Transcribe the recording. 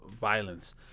violence